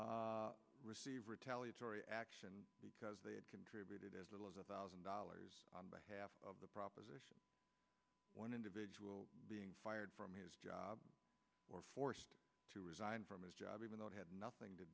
constituency receive retaliatory action because they had contributed as little as a thousand dollars on behalf of the proposition one individual being fired from his job or forced to resign from his job even though it had nothing to